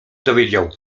dowiedział